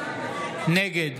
נגד